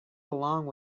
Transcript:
along